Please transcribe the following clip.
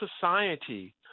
society